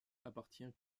appartient